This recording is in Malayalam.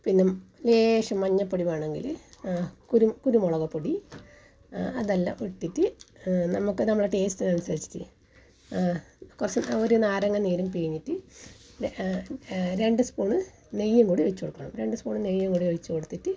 പിന്നെ ലേശം മഞ്ഞൾ പൊടി വേണമെങ്കിൽ കുരു കുരുമുളക് പൊടി അതെല്ലാം ഇട്ടിട്ട് നമുക്ക് നമ്മളുടെ ടേസ്റ്റ് അനുസരിചിട്ട് കുറച്ച് ഒരു നാരങ്ങാ നീരും പിഴിഞ്ഞിട്ട് രണ്ട് സ്പൂൺ നെയ്യും കൂടി ഒഴിച്ച് കൊടുക്കണം രണ്ട് സ്പൂൺ നെയ്യും കൂടി ഒഴിച്ച് കൊടുത്തിട്ട്